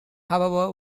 however